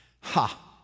Ha